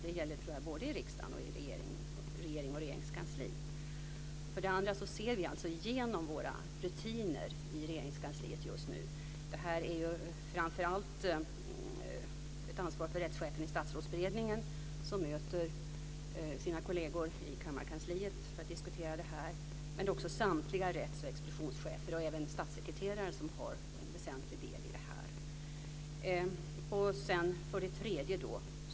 Det gäller, tror jag, både i riksdagen och i regering och Regeringskansli. Vi ser också igenom våra rutiner i Regeringskansliet just nu. Det är framför allt ett ansvar för rättschefen i statsrådsberedningen, som möter sina kolleger i kammarkansliet för att diskutera detta, men det är också samtliga rätts och expeditionschefer och även statssekreterare som har en väsentlig del i detta.